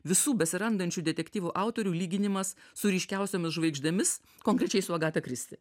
visų besirandančių detektyvų autorių lyginimas su ryškiausiomis žvaigždėmis konkrečiai su agata kristi